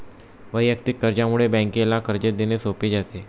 वैयक्तिक कर्जामुळे बँकेला कर्ज देणे सोपे जाते